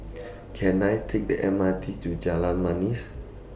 Can I Take The M R T to Jalan Manis